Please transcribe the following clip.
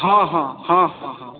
हँ हँ हँ हँ हँ